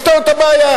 לפתור את הבעיה.